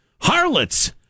Harlots